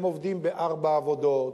הם עובדים בארבע עבודות,